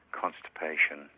constipation